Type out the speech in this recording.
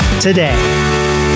today